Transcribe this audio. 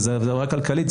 זאת הרי עבירה כלכלית,